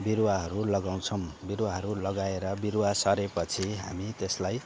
बिरूवाहरू लगाउँछौँ बिरूवाहरू लगाएर बिरूवा सरे पछि हामी त्यसलाई